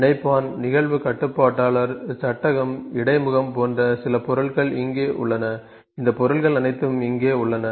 இணைப்பான் நிகழ்வு கட்டுப்பாட்டாளர் சட்டகம் இடைமுகம் போன்ற சில பொருள்கள் இங்கே உள்ளன இந்த பொருள்கள் அனைத்தும் இங்கே உள்ளன